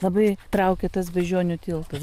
labai traukia tas beždžionių tiltas